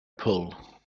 pull